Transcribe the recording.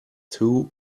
two